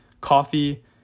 coffee